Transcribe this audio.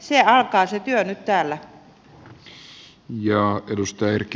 se työ alkaa nyt täällä